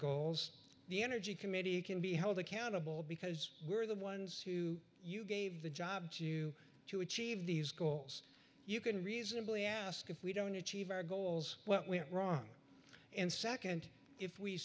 goals the energy committee can be held accountable because we're the ones who you gave the job to to achieve these goals you can reasonably ask if we don't achieve our goals what went wrong and nd if we